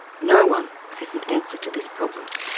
no one has an answer to this problem.